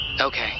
Okay